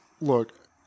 look